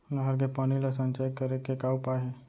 नहर के पानी ला संचय करे के का उपाय हे?